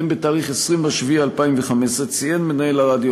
בתאריך 20 ביולי 2015 ציין מנהל הרדיו,